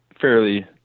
fairly